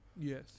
Yes